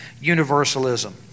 universalism